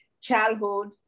childhood